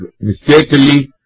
mistakenly